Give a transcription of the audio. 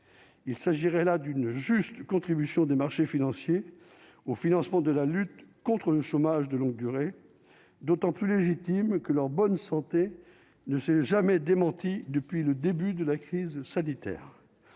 il s'agirait là d'une juste contribution des marchés financiers au financement de la lutte contre le chômage de longue durée, d'autant plus légitime que leur bonne santé ne s'est jamais démenti depuis le début de la crise sanitaire